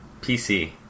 PC